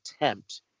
attempt